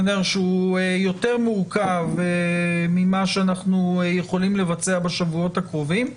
שהוא יותר מורחב ממה שאנחנו יכולים לבצע בשבועות הקרובים,